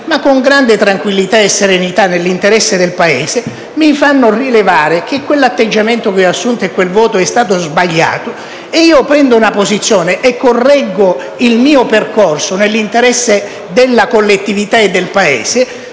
con grande tranquillità e serenità, nell'interesse del Paese, mi facessero rilevare che quell'atteggiamento che ho assunto e quel voto sono stati sbagliati e io allora prendessi una posizione e correggessi il mio percorso, nell'interesse della collettività e del Paese,